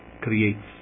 creates